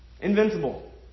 Invincible